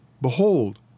Behold